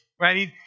right